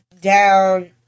down